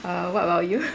err what about you